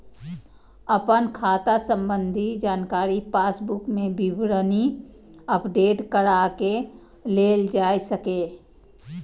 अपन खाता संबंधी जानकारी पासबुक मे विवरणी अपडेट कराके लेल जा सकैए